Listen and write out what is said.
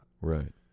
right